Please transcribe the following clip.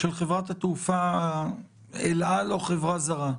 של חברת התעופה אל-על או חברה זרה?